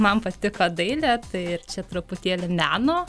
man patiko dailė tai ir čia truputėlį meno